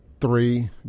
three